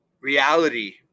reality